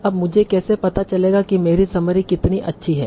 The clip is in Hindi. अब मुझे कैसे पता चलेगा कि मेरी समरी कितनी अच्छी है